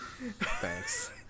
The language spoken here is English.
Thanks